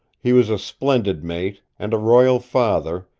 he was a splendid mate, and a royal father,